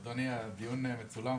אדוני, הדיון מצולם